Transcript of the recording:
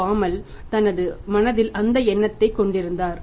பாமால் தனது மனதில் அந்த எண்ணத்தை கொண்டிருந்தார்